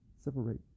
separate